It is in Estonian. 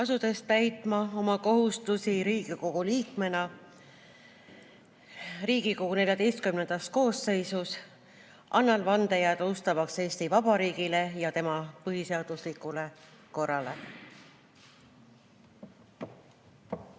Asudes täitma oma kohustusi Riigikogu liikmena Riigikogu XIV koosseisus annan vande jääda ustavaks Eesti Vabariigile ja tema põhiseaduslikule korrale.